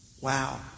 wow